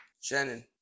Shannon